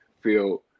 feel